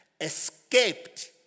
escaped